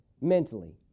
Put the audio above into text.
mentally